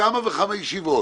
בכמה וכמה ישיבות,